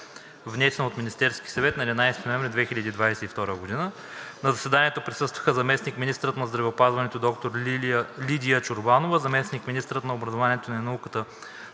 внесен от Министерския съвет на 11 ноември 2022 г. На заседанието присъстваха заместник-министърът на здравеопазването доктор Лидия Чорбанова, заместник-министърът на образованието и науката